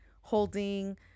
holding